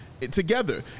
Together